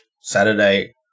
Saturday